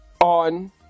on